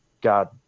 God